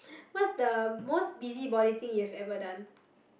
what's the most busybody thing you have ever done